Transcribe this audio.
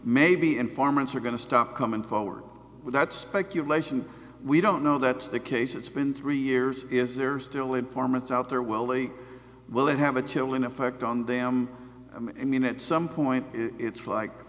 maybe informants are going to stop coming forward with that speculation we don't know that's the case it's been three years is there still informants out there well they will it have a chilling effect on them i mean at some point it's like